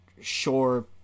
sure